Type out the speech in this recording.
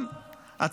מאיראן.